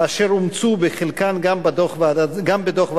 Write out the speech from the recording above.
אשר אומצו בחלקן גם בדוח ועדת-זמיר.